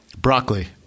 Broccoli